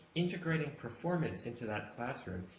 integrating performance into that classroom,